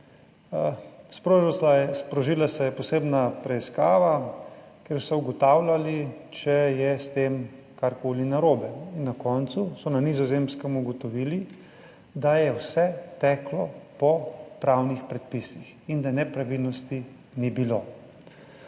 Sprožila se je posebna preiskava, kjer so ugotavljali, če je s tem karkoli narobe in na koncu so na Nizozemskem ugotovili, da je vse teklo po pravnih predpisih, in da nepravilnosti ni bilo.